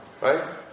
Right